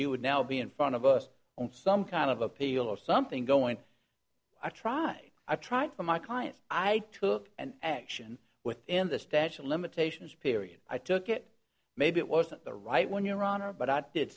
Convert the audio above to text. you would now be in front of us on some kind of appeal or something going i try i try to my client i took and action within the statute of limitations period i took it maybe it wasn't the right one your honor but i did